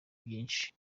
byinshi